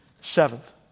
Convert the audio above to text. seventh